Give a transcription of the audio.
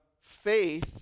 faith